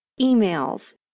emails